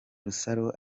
rusaro